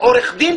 עורך דין,